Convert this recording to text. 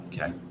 Okay